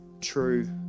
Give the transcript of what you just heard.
true